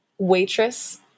waitress